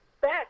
back